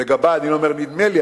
לגבי אני לא אומר "נדמה לי",